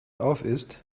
aufisst